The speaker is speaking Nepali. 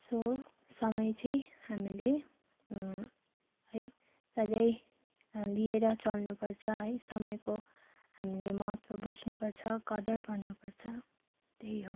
सो समय चाहिँ हामीले है सधैँ लिएर चल्नु पर्छ है समयको हामीले महत्त्व बुझ्नु पर्छ कदर गर्नु पर्छ त्यही हो